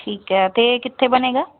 ਠੀਕ ਹੈ ਅਤੇ ਇਹ ਕਿੱਥੇ ਬਣੇਗਾ